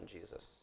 Jesus